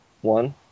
one